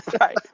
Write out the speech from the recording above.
right